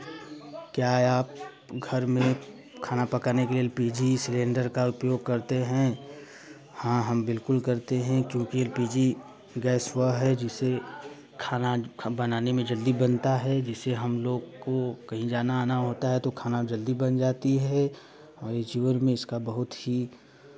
क्या आप घर में खाना पकाने के लिए एल पी जी सिलेण्डर का उपयोग करते हैं हाँ हम बिल्कुल करते हैं क्योंकि एल पी जी गैस वह है जिससे खाना बनाने में जल्दी बनता है जिसे हमलोग को कहीं जाना आना होता है तो खाना जल्दी बन जाती है और ये जीवन में इसका बहुत ही